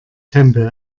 tempel